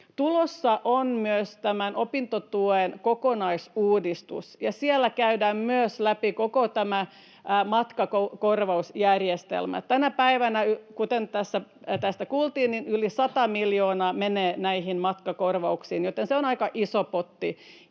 Tulossa on myös opintotuen kokonaisuudistus, ja siellä käydään läpi myös koko tämä matkakorvausjärjestelmä. Tänä päivänä, kuten tässä kuultiin, yli sata miljoonaa menee näihin matkakorvauksiin, joten se on aika iso potti,